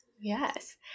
Yes